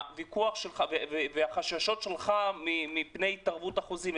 הוויכוח שלך והחשש שלך מפני תרבות החוזים,